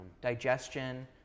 digestion